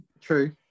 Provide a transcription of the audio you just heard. True